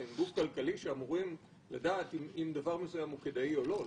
כי אתם גוף כלכלי שאמור לדעת אם דבר מסוים הוא כדאי או לא.